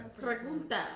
pregunta